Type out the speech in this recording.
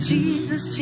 Jesus